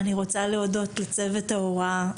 אני רוצה להודות לצוות ההוראה,